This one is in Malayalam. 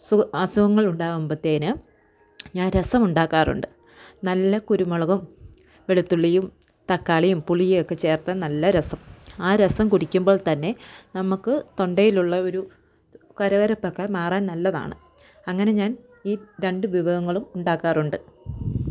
സുഖ അസുഖങ്ങൾ ഉണ്ടാകുമ്പോഴ്ത്തേന് ഞാന് രസം ഉണ്ടാക്കാറുണ്ട് നല്ല കുരുമുളകും വെളുത്തുള്ളിയും തക്കാളിയും പുളിയൊക്കെ ചേർത്ത നല്ല രസം ആ രസം കുടിക്കുമ്പോൾ തന്നെ നമുക്ക് തൊണ്ടയിലുള്ള ഒരു കരകരപ്പൊക്കെ മാറാന് നല്ലതാണ് അങ്ങനെ ഞാൻ ഈ രണ്ട് ഭിവങ്ങളും ഉണ്ടാക്കാറുണ്ട്